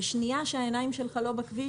שנייה שהעיניים שלך לא בכביש,